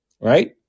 right